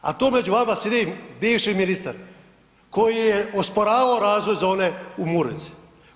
A tu među vama sjedi bivši ministar koji je osporavao razvoj zone u Murvici.